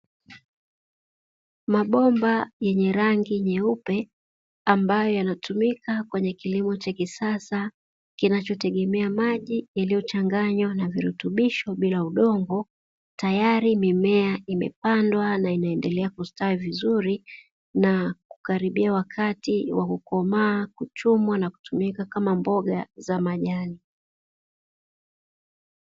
Mabomba yenye rangi nyeupe ambayo yanatumika kwa ajili ya kilimo cha kisasa kinachotegemea maji yaliyochanganywa na virutubisho bila kutumia udongo, tayari mimea imepandwa na inaendelea kustawi vizuri na kukaribia wakati wa kukomaa, kuchumwa na kutumika kama mboga za majani.